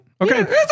Okay